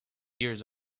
years